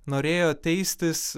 norėjo teistis